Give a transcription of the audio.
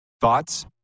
Thoughts